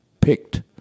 picked –